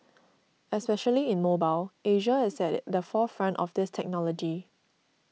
especially in mobile Asia is at the forefront of this technology